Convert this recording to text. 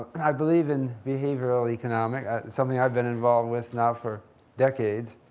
i believe in behavioral economics. it's something i've been involved with, now, for decades